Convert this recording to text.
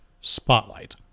spotlight